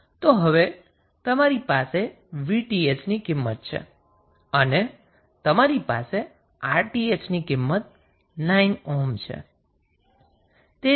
તો હવે તમારી પાસે 𝑉𝑇ℎ ની કિંમત છે અને તમારી પાસે 𝑅𝑇ℎ ની કિંમત 9 ઓહ્મ છે